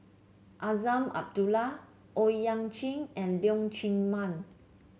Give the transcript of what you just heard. Azman Abdullah Owyang Chi and Leong Chee Mun